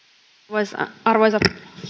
arvoisa arvoisa